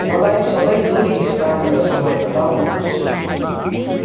मलाई सबै दुरी स्थान र समय बताउनुहोस्